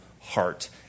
heart